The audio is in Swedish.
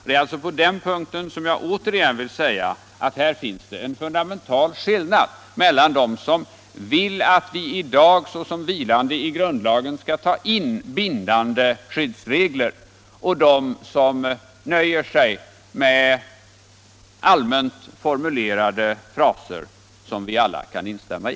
Det är alltså på den punkten som jag återigen vill säga att det finns en fundamental skillnad mellan dem som begär att vi i dag såsom vilande i grundlagen skall ta in bindande skyddsregler och dem som nöjer sig med allmänt formulerade fraser som vi alla kan instämma i.